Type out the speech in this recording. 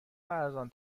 ارزان